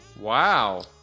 Wow